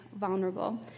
vulnerable